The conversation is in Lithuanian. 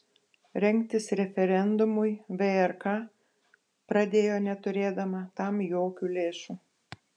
rengtis referendumui vrk pradėjo neturėdama tam jokių lėšų